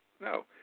No